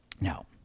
Now